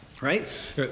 Right